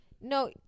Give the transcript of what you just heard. No